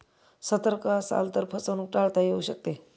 सतर्क असाल तर फसवणूक टाळता येऊ शकते